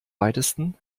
weitesten